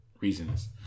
reasons